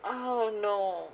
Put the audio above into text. oh no